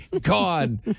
gone